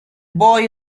boy